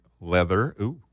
leather